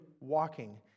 walking